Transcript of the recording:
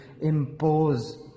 impose